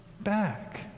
back